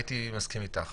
הייתי מסכים איתך.